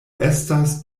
estas